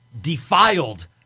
defiled